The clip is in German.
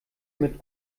mit